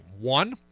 One